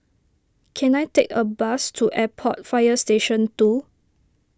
can I take a bus to Airport Fire Station two